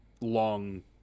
long